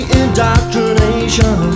indoctrination